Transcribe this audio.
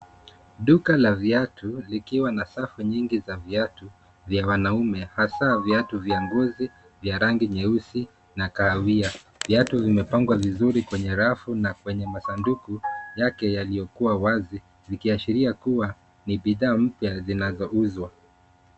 Duka la viatu, likiwa na safu nyingi za viatu vya wanaume, hasa vya ngozi vya rangi nyeusi na kahawia. Viatu vimepangwa vizuri kwenye rafu na kwenye masanduku yake yaliyokuwa wazi. Likiashiria kuwa ni bidhaa mpya zinazouzwa.